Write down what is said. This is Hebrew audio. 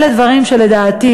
אלה דברים שלדעתי,